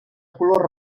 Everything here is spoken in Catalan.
color